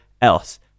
else